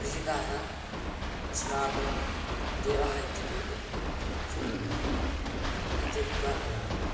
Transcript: कृषिकाः अस्माकं देवः इत्यपि वक्तुं शक्नुमः इत्युक्त्वा विरमामि